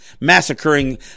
massacring